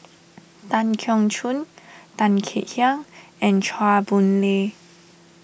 Tan Keong Choon Tan Kek Hiang and Chua Boon Lay